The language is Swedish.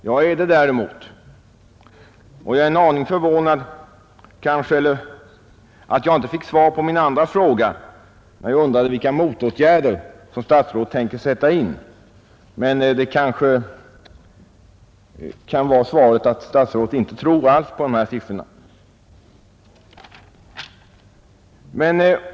Jag är det däremot, och jag är en aning förvånad över att jag inte fick svar på min andra fråga, vilka motåtgärder statsrådet tänker sätta in. Svaret kanske kan vara att statsrådet inte tror alls på de här siffrorna.